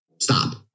stop